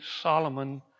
Solomon